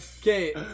Okay